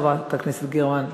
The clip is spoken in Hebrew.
חברת הכנסת גרמן,